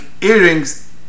earrings